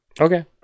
Okay